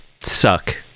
suck